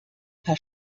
paar